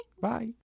bye